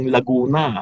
Laguna